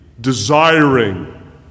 desiring